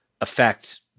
affect